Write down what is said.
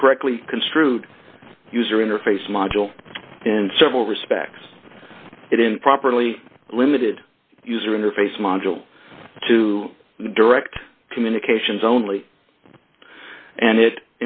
incorrectly construed user interface module and several respects it improperly limited user interface module to direct communications only and it